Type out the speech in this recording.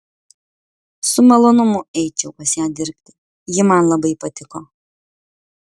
su malonumu eičiau pas ją dirbti ji man labai patiko